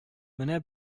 менә